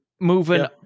moving